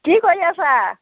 কি কৰি আছা